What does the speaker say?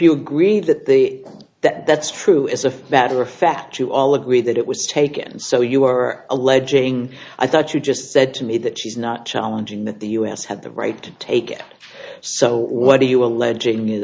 you agree that the that that's true as a matter of fact you all agreed that it was taken so you are alleging i thought you just said to me that she's not challenging that the us had the right to take it so what are you alleging